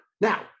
Now